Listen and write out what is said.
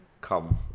come